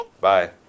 Bye